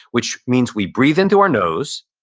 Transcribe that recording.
which means we breathe into our nose.